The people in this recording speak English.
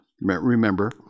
Remember